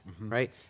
right